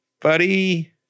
buddy